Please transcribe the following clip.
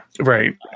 Right